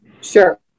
Sure